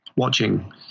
Watching